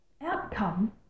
outcome